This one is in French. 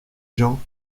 gens